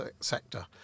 sector